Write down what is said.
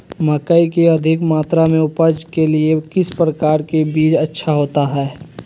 मकई की अधिक मात्रा में उपज के लिए किस प्रकार की बीज अच्छा होता है?